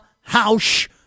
house